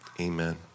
amen